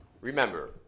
Remember